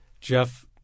Jeff